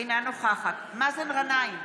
אינה נוכחת מאזן גנאים,